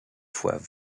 foi